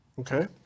Okay